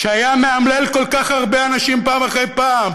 שהיה מאמלל כל כך הרבה אנשים פעם אחרי פעם,